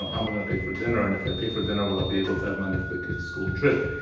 know, how am i going to pay for dinner? and if i pay for dinner, will i be able to have money for the kids' school trip?